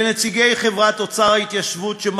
לנציגי חברת "אוצר התיישבות היהודים",